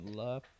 love